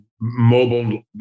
mobile